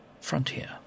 Frontier